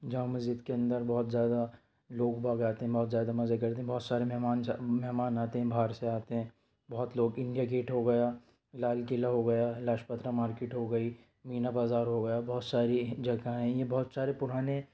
جامع مسجد کے اندر بہت زیادہ لوگ بھاگ آتے ہیں بہت زیادہ مزے کرتے بہت سارے مہمان جا مہمان آتے ہیں باہر سے آتے ہیں بہت لوگ اِنڈیا گیٹ ہو گیا لال قلعہ ہو گیا لاجپترا مارکیٹ ہو گئی مینا بازار ہو گیا بہت ساری جگاہیں ہیں یہ بہت سارے پُرانے